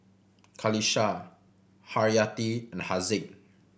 Qalisha Haryati and Haziq